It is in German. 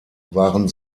waren